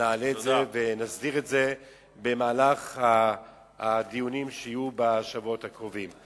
נעלה את זה ונסדיר את זה במהלך הדיונים שיהיו בשבועות הקרובים.